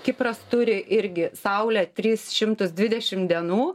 kipras turi irgi saulę tris šimtus dvidešim dienų